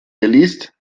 geleast